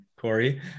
Corey